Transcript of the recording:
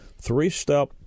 three-step